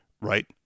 right